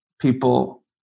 people